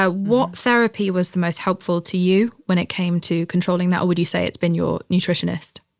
ah what therapy was the most helpful to you when it came to controlling that? or would you say it's been your nutritionist?